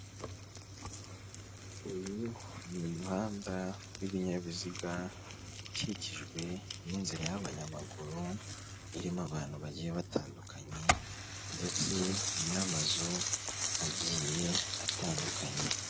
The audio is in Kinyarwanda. Uyu ni umuhanda w'ibinyabiziga ukikijwe n'inzira y'abanyamaguru irimo abantu bagiye batandukanye ndetse n'amazu agiye atandukanye.